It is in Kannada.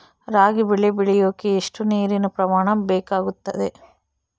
ರಾಗಿ ಬೆಳೆ ಬೆಳೆಯೋಕೆ ಎಷ್ಟು ನೇರಿನ ಪ್ರಮಾಣ ಬೇಕಾಗುತ್ತದೆ?